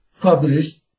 published